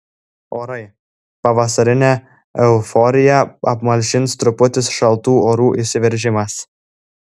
orai pavasarinę euforiją apmalšins trumputis šaltų orų įsiveržimas